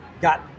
got